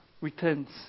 returns